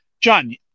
John